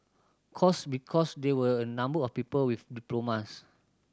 course because there were a number of people with diplomas